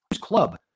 club